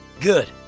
Good